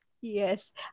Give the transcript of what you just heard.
Yes